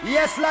Yes